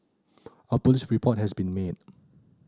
a police report has also been made